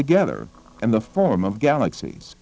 together in the form of galaxies